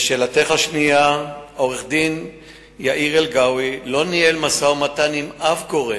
2. עורך-הדין יאיר אלגאווי לא ניהל משא-ומתן עם שום גורם,